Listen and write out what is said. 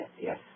yes